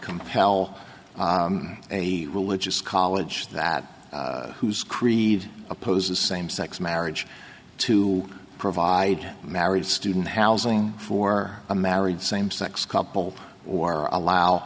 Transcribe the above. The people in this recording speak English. compel a religious college that whose creed opposes same sex marriage to provide married student housing for a married same sex couple or allow